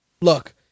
look